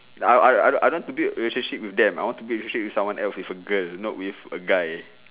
I I I I don't want to build relationship with them I want to build relationship with someone else with a girl not with a guy